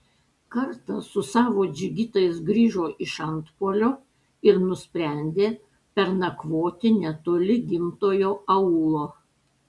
kartą su savo džigitais grįžo iš antpuolio ir nusprendė pernakvoti netoli gimtojo aūlo